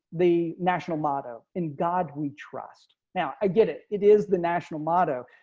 the national motto. in god we trust, now i get it. it is the national motto.